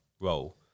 role